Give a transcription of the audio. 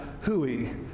hooey